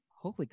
holy